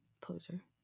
Poser